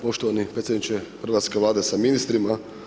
Poštovani predsjedniče hrvatske Vlade sa ministrima.